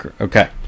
Okay